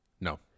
No